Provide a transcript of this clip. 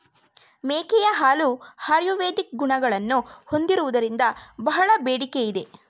ಮೇಕೆಯ ಹಾಲು ಆಯುರ್ವೇದಿಕ್ ಗುಣಗಳನ್ನು ಹೊಂದಿರುವುದರಿಂದ ಬಹಳ ಬೇಡಿಕೆ ಇದೆ